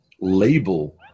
label